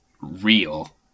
real